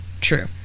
true